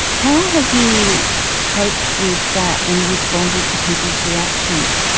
how have you coped with that and responded to people's reactions?